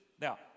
Now